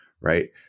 right